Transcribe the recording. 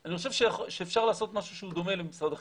--- אני חושב שאפשר לעשות משהו שהוא דומה למשרד החינוך.